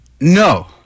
No